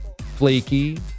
flaky